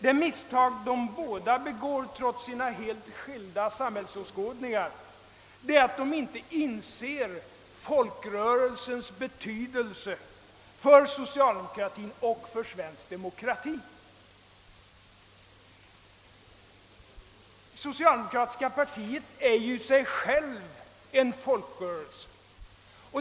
Det misstag båda begår trots sina helt skilda samhällsåskådningar är att de inte inser folkrörelsens betydelse för socialdemokratin och för svensk demokrati. Socialdemokratiska partiet är ju i sig självt en folkrörelse.